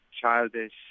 childish